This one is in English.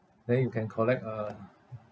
then you can collect uh